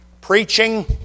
Preaching